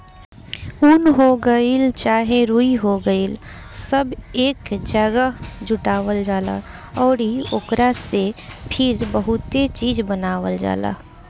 उन हो गइल चाहे रुई हो गइल सब एक जागह जुटावल जाला अउरी ओकरा से फिर बहुते चीज़ बनावल जाला